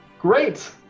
Great